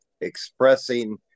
expressing